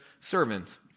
servant